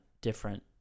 different